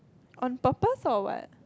on purpose or what